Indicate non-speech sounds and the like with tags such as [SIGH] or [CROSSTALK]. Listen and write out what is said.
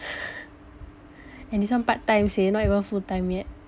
[LAUGHS] and this one part-time seh not even full-time yet